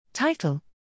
Title